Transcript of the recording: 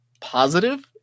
positive